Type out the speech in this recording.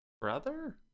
brother